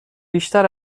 بیشتر